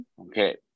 okay